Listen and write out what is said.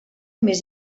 més